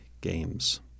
Games